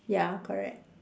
ya correct